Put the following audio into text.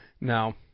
Now